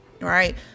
right